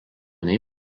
nei